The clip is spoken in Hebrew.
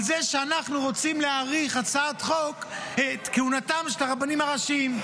על זה שאנחנו רוצים להאריך בהצעת חוק את כהונתם של הרבנים הראשיים.